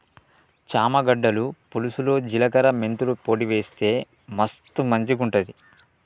చామ గడ్డల పులుసులో జిలకర మెంతుల పొడి వేస్తె మస్తు మంచిగుంటది